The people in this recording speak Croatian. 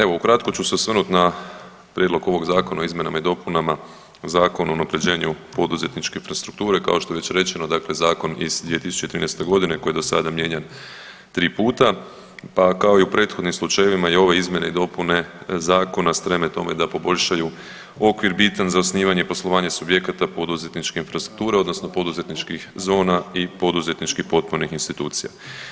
Evo, ukratko ću se osvrnuti na prijedlog ovog Zakona o izmjenama i dopunama Zakona o unaprjeđenju poduzetničke infrastrukture, kao što je već rečeno dakle zakon iz 2013. g. koji je do sada mijenjan 3 puta pa kao i u prethodnim slučajevima, i ove izmjene i dopune zakona streme tome da poboljšaju okvir bitan za osnivanje poslovanja subjekata poduzetničke infrastrukture odnosno poduzetničkih zona i poduzetničkih potpornih institucija.